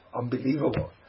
unbelievable